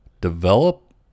develop